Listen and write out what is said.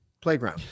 playground